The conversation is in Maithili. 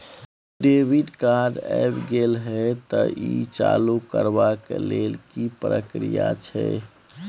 डेबिट कार्ड ऐब गेल हैं त ई चालू करबा के लेल की प्रक्रिया छै?